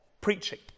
preaching